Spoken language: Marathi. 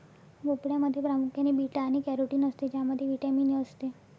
भोपळ्यामध्ये प्रामुख्याने बीटा आणि कॅरोटीन असते ज्यामध्ये व्हिटॅमिन ए असते